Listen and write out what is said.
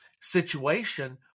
situation